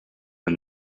and